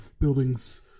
buildings